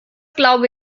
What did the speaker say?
glaube